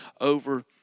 over